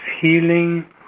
healing